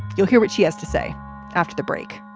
you'll hear what she has to say after the break.